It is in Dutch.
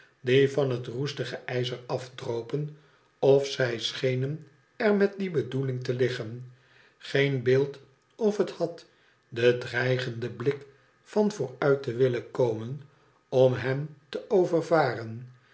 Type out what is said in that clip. die van het roestige ijzer afdropen of zij scheen er met die bedoeling te liggen geen beeld of het had den dreigenden blik van vooruitte willen komen om hen te overvaren